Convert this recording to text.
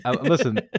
Listen